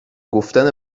گفتن